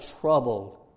troubled